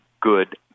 good